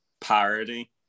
parody